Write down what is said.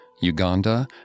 Uganda